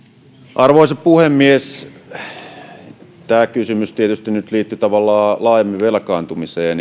arvoisa puhemies tämä kysymys tietysti nyt liittyi tavallaan laajemmin velkaantumiseen